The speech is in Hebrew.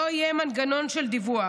לא יהיה מנגנון של דיווח.